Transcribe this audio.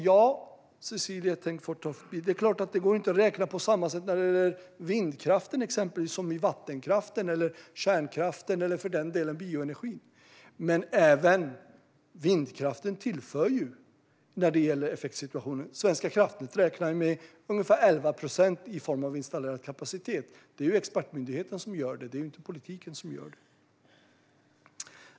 Ja, Cecilie Tenfjord-Toftby, det är klart att det inte går att räkna på samma sätt när det gäller exempelvis vindkraft som när det gäller vattenkraft, kärnkraft eller för den delen bioenergi. Men även vindkraften står ju för tillförsel när det gäller effektsituationen. Svenska kraftnät räknar med ungefär 11 procent i form av installerad kapacitet. Det är alltså expertmyndigheten som gör det och inte politiken.